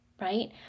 right